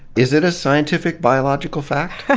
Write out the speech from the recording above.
is it a scientific, biological fact?